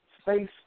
space